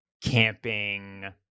camping